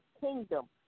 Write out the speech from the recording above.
kingdom